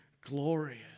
glorious